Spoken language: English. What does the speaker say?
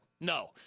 No